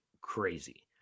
crazy